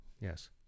Yes